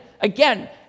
Again